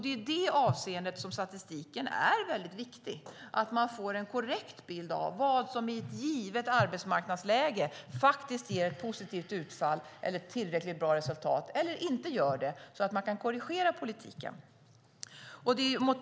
Det är i detta avseende statistiken är viktig - att man får en korrekt bild av vad som i ett givet arbetsmarknadsläge ger ett positivt utfall eller tillräckligt bra resultat eller vad som inte gör det, så att man kan korrigera politiken.